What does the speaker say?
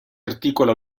articola